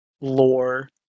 lore